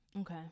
Okay